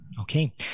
Okay